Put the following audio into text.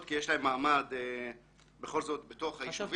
כי יש להם מעמד בכל זאת בתוך היישובים.